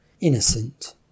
innocent